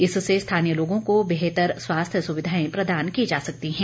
इससे स्थानीय लोगों को बेहतर स्वास्थ्य सुविधाएं प्रदान की जा सकती हैं